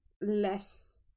less